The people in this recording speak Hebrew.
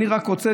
אני רק רוצה,